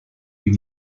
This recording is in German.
wie